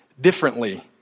differently